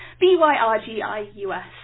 B-Y-R-G-I-U-S